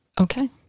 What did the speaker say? Okay